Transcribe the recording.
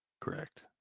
Correct